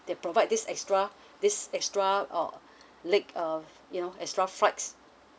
they provide this extra this extra uh leg of you know extra flights